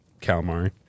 calamari